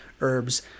herbs